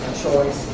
choice?